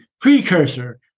precursor